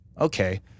okay